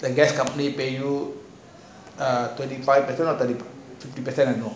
the guest company pay you err thirty five eh not thirty five